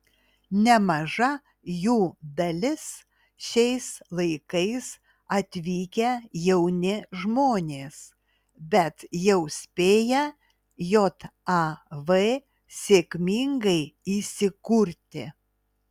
nemaža jų dalis šiais laikais atvykę jauni žmonės bet jau spėję jav sėkmingai įsikurti